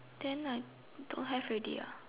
then I don't have already ah